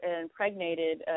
impregnated